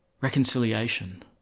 reconciliation